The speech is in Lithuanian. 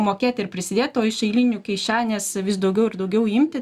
mokėt ir prisidėt o iš eilinių kišenės vis daugiau ir daugiau imti